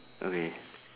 okay